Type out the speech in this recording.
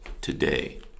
today